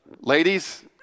Ladies